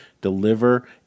deliver